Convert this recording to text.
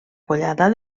collada